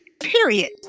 Period